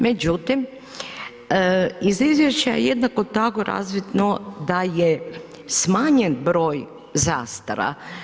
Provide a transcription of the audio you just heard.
Međutim, iz izvješća je jednako tako razvidno da je smanjen broj zastara.